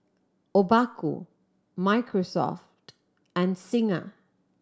Obaku Microsoft and Singha